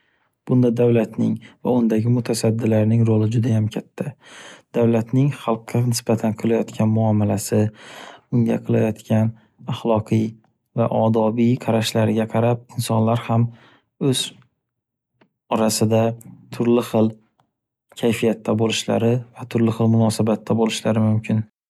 Bunda davlatning va undagi mutasaddilarning roli judayam katta. Davlatning xalqqa nisbatan qilayotgan muomalasi, unga qilayotgan axloqiy va odobiy qarashlariga qarab insonlar ham o’z orasida turli xil kayfiyatda bo’lishlari va turli xil munosabatda bo’lishlari mumkin.